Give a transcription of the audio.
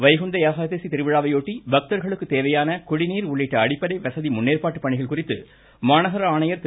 வைகுண்ட ஏகாதசி திருவிழாவையொட்டி பக்தர்களுக்கு தேவையான குடிநீர் உள்ளிட்ட அடிப்படை வசதி முன்னேற்பாட்டு பணிகள் குறித்து மாநகர ஆணையர் திரு